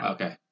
Okay